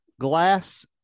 glass